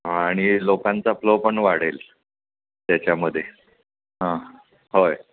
आणि लोकांचा फ्लो पण वाढेल त्याच्यामध्ये हां होय